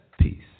Peace